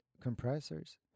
compressors